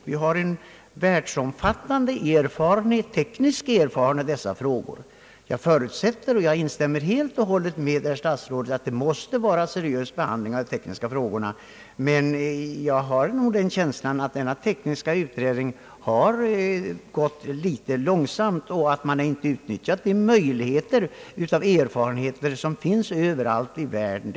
Det finns redan en världsomfattande teknisk erfarenhet. Jag instämmer helt och hållet med herr statsrådet, att en seriös behandling av de tekniska frågorna måste ske, men jag har nog den känslan att denna tekniska utredning har gått väl långsamt och att man i Sverige inte utnyttjat de erfarenheter, som finns överallt i världen.